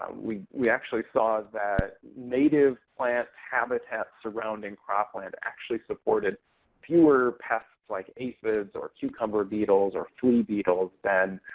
um we we actually saw that native plant habitats surrounding cropland actually supported fewer pests, like aphids or cucumber beetles or flea beetles than